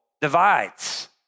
divides